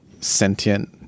sentient